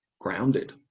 grounded